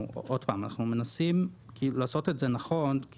שוב, אנחנו מנסים לעשות את זה נכון.